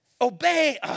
Obey